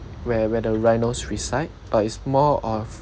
where where the rhino suicide but it's more of